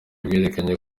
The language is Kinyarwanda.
bwerekanye